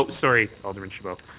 ah sorry, alderman chabot.